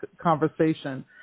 conversation